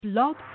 Blog